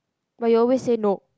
but you always say no